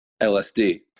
LSD